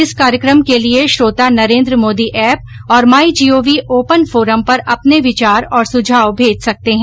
इस कार्यकम के लिए श्रोता नरेन्द्र मोदी एप और my G O V open forum पर अपने विचार और सुझाव भेज सकते हैं